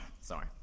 Sorry